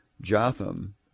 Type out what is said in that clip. Jotham